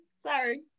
Sorry